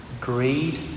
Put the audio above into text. greed